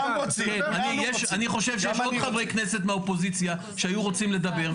אני חושב שיש גם חברי כנסת מהאופוזיציה שהיו רוצים לדבר,